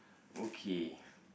okay